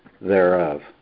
thereof